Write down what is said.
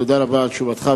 תודה רבה על תשובתך,